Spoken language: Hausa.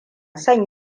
son